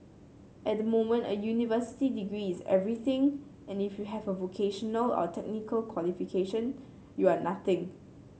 at the moment a university degree is everything and if you have a vocational or technical qualification you are nothing